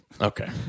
okay